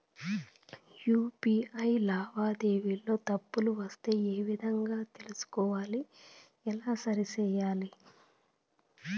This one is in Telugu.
యు.పి.ఐ లావాదేవీలలో తప్పులు వస్తే ఏ విధంగా తెలుసుకోవాలి? ఎలా సరిసేయాలి?